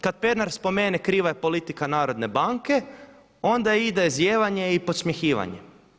Kada Pernar spomene kriva je politika Narodne banke onda ide zijevanje i podsmjehivanje.